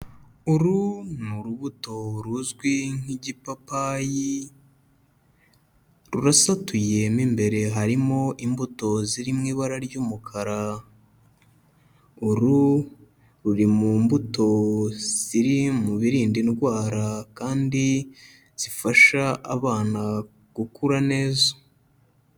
Uru ni urubuto ruzwi nk'igipapayi, rurasatuye mo imbere harimo imbuto ziri mu ibara ry'umukara. Uru ruri mu mbuto ziri mu birinda indwara kandi zifasha abana gukura neza.